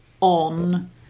on